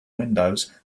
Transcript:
windows